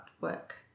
work